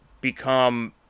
become